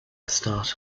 start